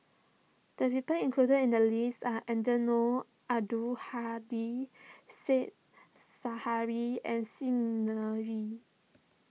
the leopard included in the list are Eddino Abdul Hadi Said Zahari and Xi Ni Er